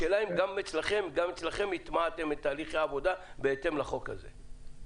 השאלה היא האם גם אצלכם הטמעתם את תהליכי העבודה בהתאם לחוק הזה?